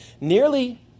nearly